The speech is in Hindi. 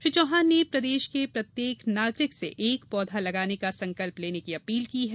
श्री चौहान ने प्रदेश के प्रत्येक नागरिक से एक पौधा लगाने का संकल्प लेने की अपील की है